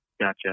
Gotcha